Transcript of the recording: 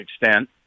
extent